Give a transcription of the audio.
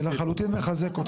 זה לחלוטין מחזק אותך.